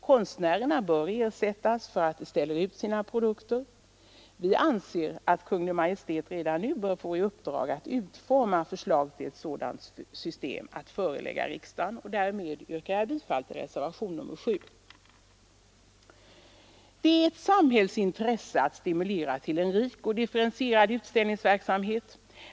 Konstnärerna bör ersättas för att de ställer ut sina produkter. Vi anser att Kungl. Maj:t redan nu bör få i uppdrag att utforma förslag till ett sådant system att föreläggas riksdagen. Därmed yrkar jag bifall till reservationen 7. Det är ett samhällsintresse att stimulera till en rik och differentierad utställningsverksamhet.